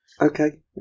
Okay